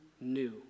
new